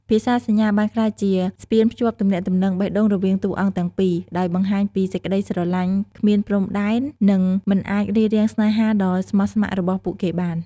ភាសាសញ្ញាបានក្លាយជាស្ពានភ្ជាប់ទំនាក់ទំនងបេះដូងរវាងតួអង្គទាំងពីរ ដោយបង្ហាញពីសេចក្តីស្រឡាញ់គ្មានព្រំដែន និងមិនអាចរារាំងស្នេហាដ៏ស្មោះស្មគ្រ័របស់ពួកគេបាន ។